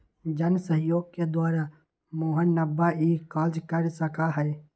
जनसहयोग के द्वारा मोहनवा ई कार्य कर सका हई